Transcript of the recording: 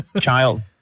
child